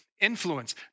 influence